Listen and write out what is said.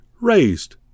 raised